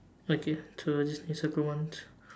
okay so just need to circle once